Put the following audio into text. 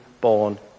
born